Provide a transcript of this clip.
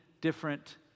different